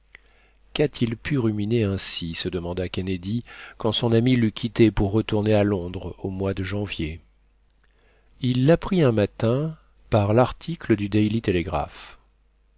qu'a-t-il pu ruminer ainsi se demanda kennedy quand son ami l'eut quitté pour retourner à londres au mois de janvier il l'apprit un matin par l'article du daily telegraph